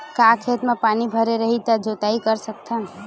का खेत म पानी भरे रही त जोताई कर सकत हन?